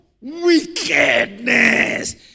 wickedness